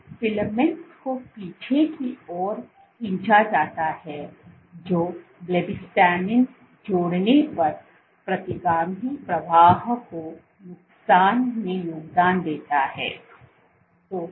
तो फिलामेंट्स को पीछे की ओर खींचा जाता है जो ब्लूबिस्टिन जोड़ने पर प्रतिगामी प्रवाह के नुकसान में योगदान देता है